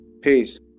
Peace